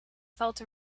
felt